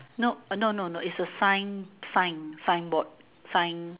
nope uh no no no it's a sign sign signboard sign